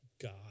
God